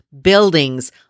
buildings